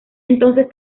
entonces